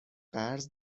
قرض